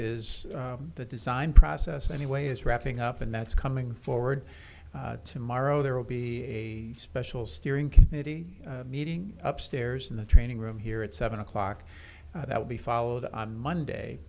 is the design process anyway is wrapping up and that's coming forward tomorrow there will be a special steering committee meeting up stairs in the training room here at seven o'clock that will be followed on monday